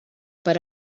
per